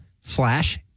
slash